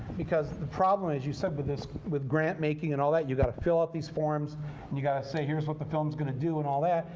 because the problem as you said with this with grant-making and all that, you've got to fill out these forms and you've got to say, here's what the film's going to do and all that.